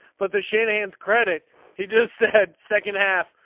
but the shanahan's credit he just said second half.